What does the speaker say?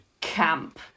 Camp